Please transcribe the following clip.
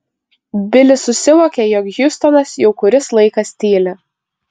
bilis susivokė jog hjustonas jau kuris laikas tyli